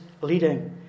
leading